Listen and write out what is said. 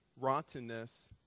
rottenness